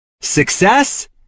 Success